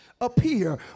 appear